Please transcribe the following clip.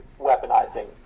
weaponizing